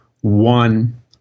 one